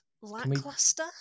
lackluster